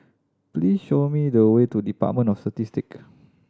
please show me the way to Department of Statistic